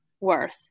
worth